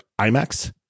IMAX